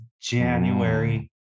January